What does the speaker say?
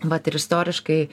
vat ir istoriškai